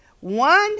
one